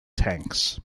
tanks